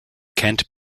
kent